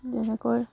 যেনেকৈ